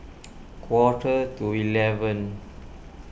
quarter to eleven